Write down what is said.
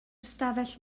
ystafell